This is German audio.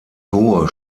hohe